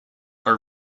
are